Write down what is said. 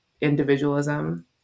individualism